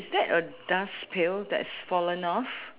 is that a dust pail that's fallen off